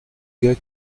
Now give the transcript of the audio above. gars